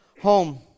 home